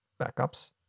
backups